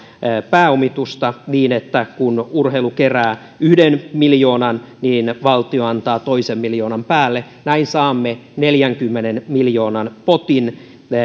pääomitusta niin että kun urheilu kerää yhden miljoonan niin valtio antaa toisen miljoonan päälle näin saamme neljänkymmenen miljoonan potin